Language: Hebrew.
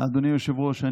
אדוני היושב-ראש,